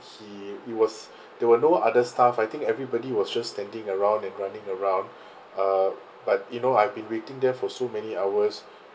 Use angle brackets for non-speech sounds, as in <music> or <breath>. he it was <breath> there were no other staff I think everybody was just standing around and running around uh but you know I've been waiting there for so many hours